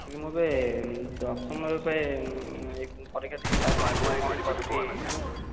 ଆଜ୍ଞା ମୁଁ ଏବେ ଦଶମରେ ପରୀକ୍ଷା ଦେଇ ପାସ୍ କରିଛି ଏବେ କ'ଣ କରିବି ଜାଣି ପାରୁନି